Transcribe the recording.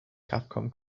capcom